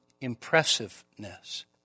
impressiveness